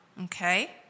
Okay